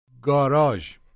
Garage